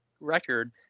record